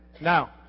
Now